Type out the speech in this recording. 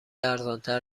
ارزانتر